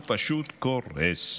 הוא פשוט קורס.